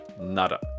nada